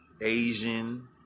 asian